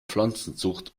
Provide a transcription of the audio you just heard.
pflanzenzucht